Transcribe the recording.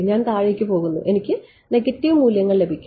ഞാൻ താഴേക്ക് പോകുന്നു എനിക്ക് നെഗറ്റീവ് മൂല്യങ്ങൾ ലഭിക്കും